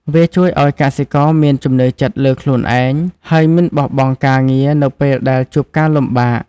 វាជួយឲ្យកសិករមានជំនឿចិត្តលើខ្លួនឯង ហើយមិនបោះបង់ការងារនៅពេលដែលជួបការលំបាក។